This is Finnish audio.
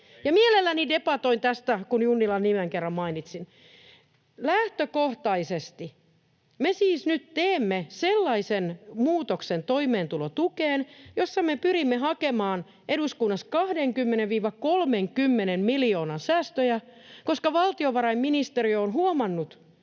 mielelläni debatoin tästä, kun Junnilan nimen kerran mainitsin. Lähtökohtaisesti me siis nyt teemme sellaisen muutoksen toimeentulotukeen, jossa me pyrimme hakemaan eduskunnassa 20—30 miljoonan säästöjä, koska valtiovarainministeriö on huomannut,